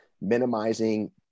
minimizing